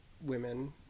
women